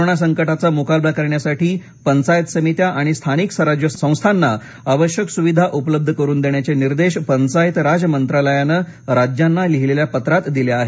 corona संकटाचा मुकाबला करण्यासाठी पंचायत समित्या आणि स्थानिक स्वराज्य संस्थांना आवश्यक सुविधा उपलब्ध करून देण्याचे निर्देश पंचायत राज मंत्रालयानं राज्यांना लिहिलेल्या पत्रात दिले आहेत